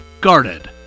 guarded